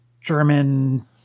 German